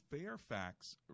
Fairfax